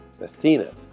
Messina